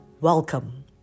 Welcome